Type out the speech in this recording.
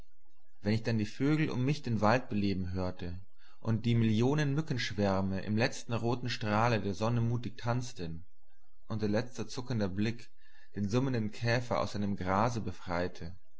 wenn ich dann die vögel um mich den wald beleben hörte und die millionen mückenschwärme im letzten roten strahle der sonne mutig tanzten und ihr letzter zuckender blick den summenden käfer aus seinem grase befreite